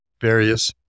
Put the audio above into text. various